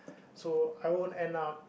so I won't end up